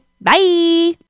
Bye